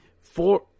four